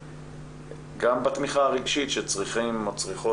וגם בתמיכה הרגשית שצריכים או צריכות